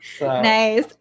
nice